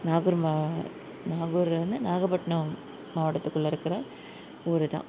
நாகூர் ம நாகூரில் வந்து நாகப்பட்டினம் மாவட்டத்துக்குள்ளே இருக்கிற ஊர் தான்